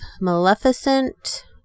Maleficent